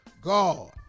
God